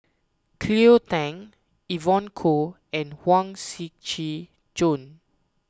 Cleo Thang Evon Kow and Huang Shiqi Joan